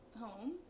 home